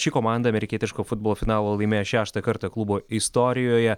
ši komanda amerikietiško futbolo finalą laimėjo šeštą kartą klubo istorijoje